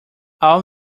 all